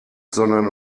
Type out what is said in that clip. sondern